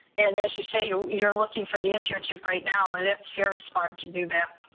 and as you say, you're you're looking for the internship right now. and it's very smart to do that.